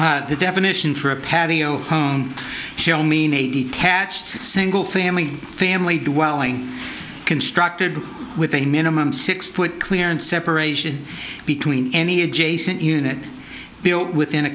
out the definition for a patio home shall mean a detached single family family dwelling constructed with a minimum six foot clearance separation between any adjacent unit built within a